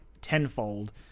tenfold